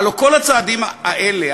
הלוא כל הצעדים האלה,